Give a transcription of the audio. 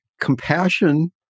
compassion